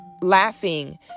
laughing